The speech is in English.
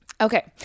Okay